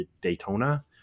Daytona